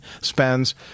spends